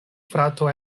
frato